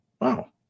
wow